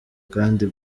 kandi